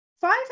Five